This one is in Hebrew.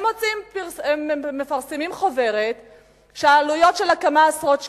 הם מפרסמים חוברת שהעלויות שלה כמה עשרות שקלים,